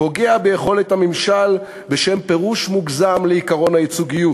פוגע ביכולת הממשל בשם פירוש מוגזם לעקרון הייצוגיות.